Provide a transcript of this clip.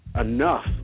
Enough